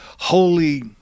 holy